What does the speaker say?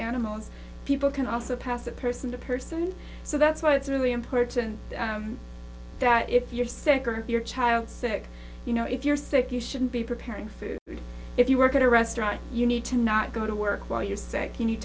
animals people can also pass that person to person so that's why it's really important that if you're sick or your child sick you know if you're sick you shouldn't be preparing food if you work at a restaurant you need to not go to work while you're sick you need